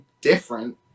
different